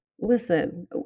Listen